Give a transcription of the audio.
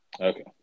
Okay